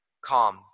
calm